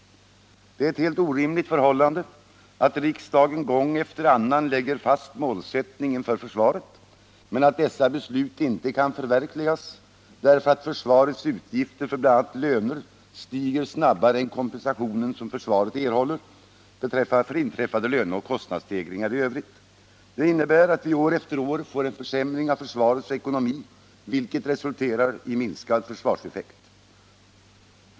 Det är ett helt orimligt förhållande att riksdagen gång efter annan lägger fast målsättningen för försvaret, men att dessa beslut inte kan förverkligas därför att försvarets utgifter för bl.a. löner stiger snabbare än den kompensation som försvaret erhåller för inträffade löneoch kostnadsstegringar i övrigt. Detta innebär att vi år efter år får en försämring av försvarets ekonomi, vilket resulterar i minskad försvarseffekt.